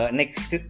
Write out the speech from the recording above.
next